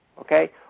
okay